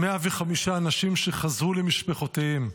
105 אנשים שחזרו למשפחותיהם,